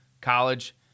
college